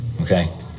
Okay